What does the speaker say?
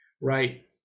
right